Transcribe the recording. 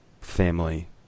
family